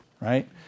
right